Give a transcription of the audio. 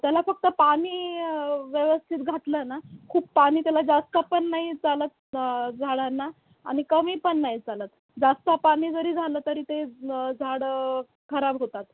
त्याला फक्त पाणी व्यवस्थित घातलं ना खूप पाणी त्याला जास्त पण नाही चालत झाडांना आणि कमी पण नाही चालत जास्त पाणी जरी झालं तरी ते झाडं खराब होतात